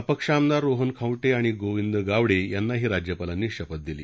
अपक्ष आमदार रोहन खाऊंटे आणि गोविंद गावडे यांनाही राज्यपालांनी शपथ दिली